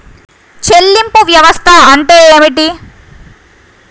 చెల్లింపు వ్యవస్థ అంటే ఏమిటి?